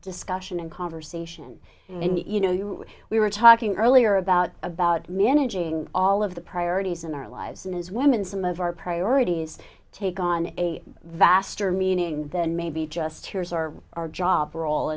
discussion and conversation and you know you we were talking earlier about about managing all of the priorities in our lives and is women some of our priorities take on a vaster meaning than maybe just yours or our job role